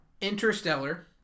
interstellar